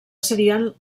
serien